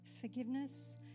Forgiveness